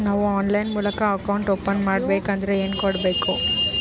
ನಾವು ಆನ್ಲೈನ್ ಮೂಲಕ account open ಮಾಡಬೇಂಕದ್ರ ಏನು ಕೊಡಬೇಕು?